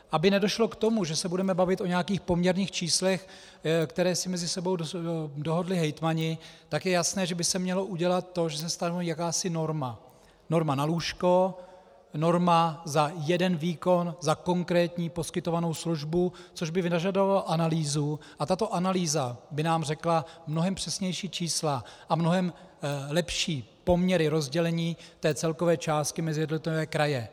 Aby nedošlo k tomu, že se budeme bavit o nějakých poměrných číslech, která si mezi sebou dohodli hejtmani, tak je jasné, že by se mělo udělat to, že se stanoví jakási norma norma na lůžko, norma za jeden výkon, za konkrétní poskytovanou službu, což by vyžadovalo analýzu, a tato analýza by nám řekla mnohem přesnější čísla a mnohem lepší poměry rozdělení celkové částky mezi jednotlivé kraje.